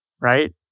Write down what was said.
Right